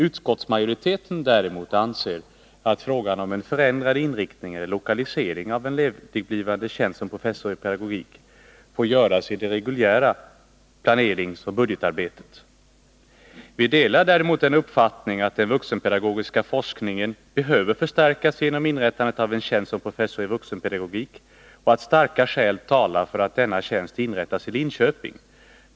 Utskottsmajoriteten anser däremot att frågan om en förändrad inriktning eller lokalisering av ledigblivande tjänster som professor i pedagogik får prövas i det reguljära planeringsoch budgetarbetet. Vi delar dock uppfattningen att den vuxenpedagogiska forskningen behöver förstärkas genom inrättandet av en tjänst som professor i vuxenpedagogik och att starka skäl talar för att denna tjänst inrättas i Linköping.